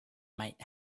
might